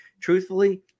truthfully